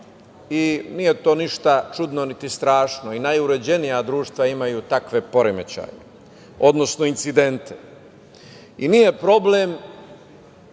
i nije to ništa čudno niti strašno, i najuređenija društva imaju takve poremećaje, odnosno incidente.I nije problem